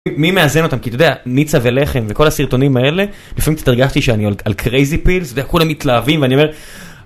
מי מאזן אותם כי אתה יודע ניצה ולחם וכל הסרטונים האלה לפעמים קצת הרגשתי שאני על crazy pills וכולם מתלהבים ואני אומר.